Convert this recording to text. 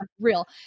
real